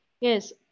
yes